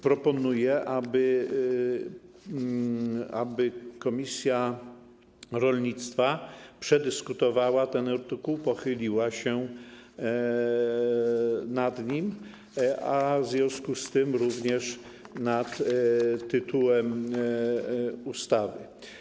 Proponuję, aby komisja rolnictwa przedyskutowała ten artykuł, pochyliła się nad nim i w związku z tym również nad tytułem ustawy.